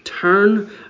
Turn